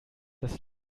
das